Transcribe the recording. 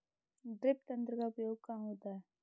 Drip तंत्र का उपयोग कहाँ होता है?